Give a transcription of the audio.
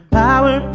power